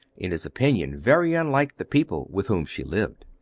in his opinion very unlike the people with whom she lived.